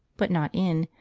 but not in,